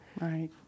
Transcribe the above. Right